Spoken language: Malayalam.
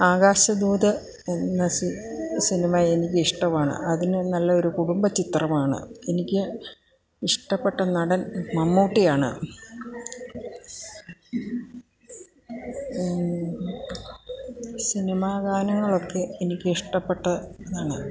ആകാശദൂത് എന്ന സിനിമ എനിക്കിഷ്ടമാണ് അതിന് നല്ലൊരു കുടുംബ ചിത്രമാണ് എനിക്ക് ഇഷ്ടപ്പെട്ട നടൻ മമ്മൂട്ടിയാണ് സിനിമാഗാനങ്ങളൊക്കെ എനിക്കിഷ്ടപ്പെട്ടതാണ്